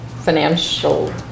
financial